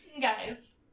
Guys